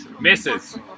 misses